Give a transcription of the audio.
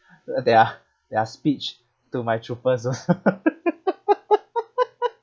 uh their their speech to my troopers orh